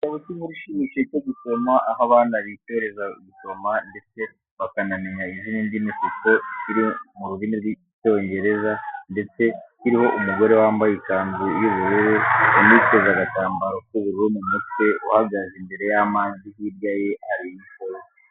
Igitabo cy'inkuru ishimishije cyo gusoma aho abana bitoreza guoma ndetse bakanamenya izindi ndimi kuko kiri mu rurimi rw'icyongereza ndetse kiriho umugore wambaye ikanzu y'ubururu, uniteze agatambaro k'ubururu mu mutwe uhagze imbere y'amazi, hirya ye hari imisozi.